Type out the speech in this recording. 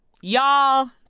Y'all